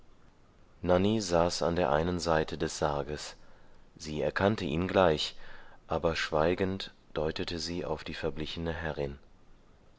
saß an der einen seite des sarges sie erkannte ihn gleich aber schweigend deutete sie auf die verblichene herrin